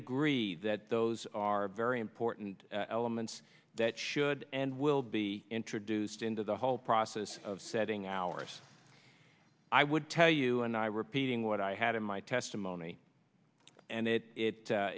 agree that those are very important elements that should and will be introduced into the whole process of setting hours i would tell you and i repeating what i had in my testimony and it